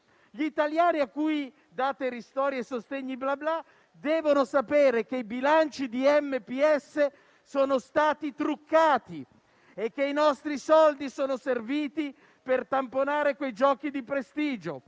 Gli italiani a cui date ristori e sostegni bla bla devono sapere che i bilanci di MPS sono stati truccati e che i nostri soldi sono serviti per tamponare quei giochi di prestigio.